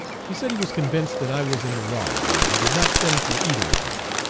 he said he was convinced that i was in the wrong, and he did not send for either of them.